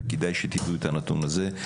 וכדאי שתדעו את הנתון הזה,